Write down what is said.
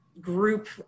group